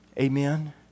Amen